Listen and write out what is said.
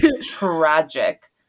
tragic